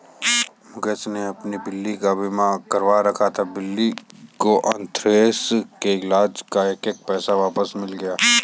मुकेश ने अपनी बिल्ली का बीमा कराया था, बिल्ली के अन्थ्रेक्स के इलाज़ का एक एक पैसा वापस मिल गया